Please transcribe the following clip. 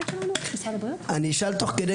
אני אשאל גם תוך כדי.